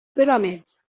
pyramids